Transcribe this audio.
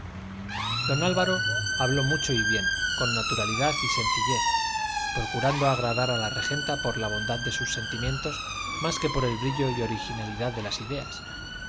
don álvaro habló mucho y bien con naturalidad y sencillez procurando agradar a la regenta por la bondad de sus sentimientos más que por el brillo y originalidad de las ideas se